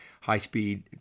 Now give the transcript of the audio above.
High-speed